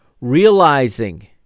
realizing